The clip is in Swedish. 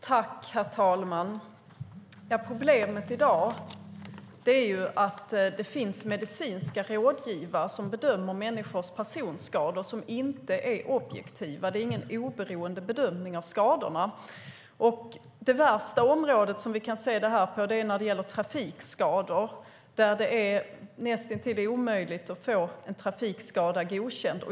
Herr talman! Problemet i dag är att det finns medicinska rådgivare som inte är objektiva som bedömer människors personskador. Det är ingen oberoende bedömning av skadorna. Det värsta området där vi ser det gäller trafikskador. Det är näst intill omöjligt att få en trafikskada godkänd.